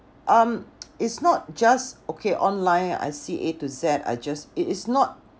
um it's not just okay online I see A to Z I just it is not